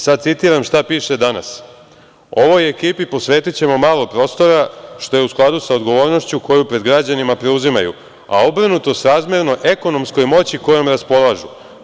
Sada citiram šta pište list „Danas“: „Ovoj ekipi posvetićemo malo prostora, što je u skladu sa odgovornošću koju pred građanima preuzimaju, a obrnuto srazmerno ekonomskoj moći kojom raspolažu.